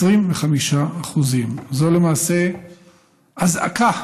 25%. זו למעשה אזעקה